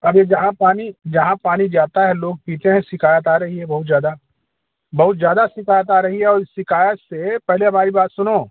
और यह जहाँ पानी जहाँ पानी जाता है लोग पीते हैं शिकायत आ रही है बहुत ज़्यादा बहुत ज़्यादा शिकायत आ रही है और इस शिकायत से पहले हमारी बात सुनो